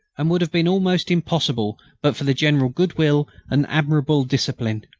and would have been almost impossible but for the general goodwill and admirable discipline.